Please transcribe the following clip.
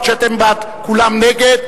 או שאתם בעד כולם נגד?